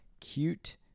cute